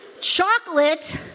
Chocolate